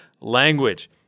language